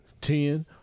Ten